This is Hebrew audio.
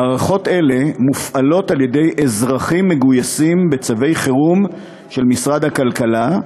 מערכות אלה מופעלות על-ידי אזרחים מגויסים בצווי חירום של משרד הכלכלה,